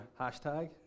Hashtag